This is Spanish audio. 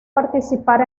participar